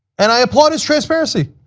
and i applaud his transparency.